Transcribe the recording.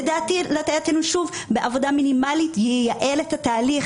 לדעתי בעבודה מינימלית זה ייעל את התהליך